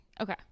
okay